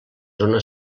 zona